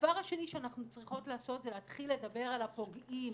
והדבר השני שאנחנו צריכות לעשות זה להתחיל לדבר על הפוגעים